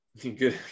Good